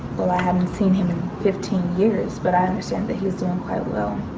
well, i haven't seen him in fifteen years but i understand that he's doing quite well.